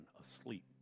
asleep